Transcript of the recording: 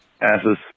asses